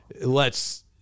lets